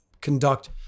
conduct